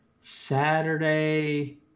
Saturday